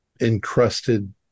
encrusted